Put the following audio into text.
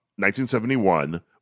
1971